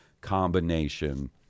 combination